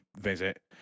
visit